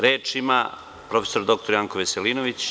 Reč ima profesor dr Janko Veselinović.